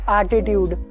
attitude